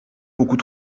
beaucoup